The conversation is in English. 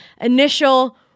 initial